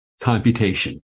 computation